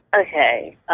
Okay